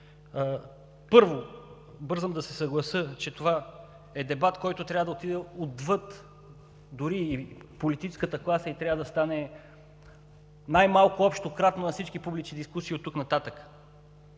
Първо, бързам да се съглася, че това е дебат, който трябва да отиде отвъд политическата класа и трябва да стане най-малко общо кратно на всички публични дискусии оттук нататък.